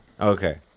okay